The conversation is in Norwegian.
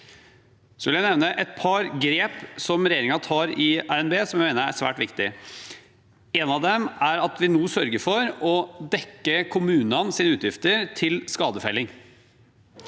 Jeg vil nevne et par grep regjeringen tar i RNB som jeg mener er svært viktige. Et av dem er at vi nå sørger for å dekke kommunenes utgifter til skadefelling.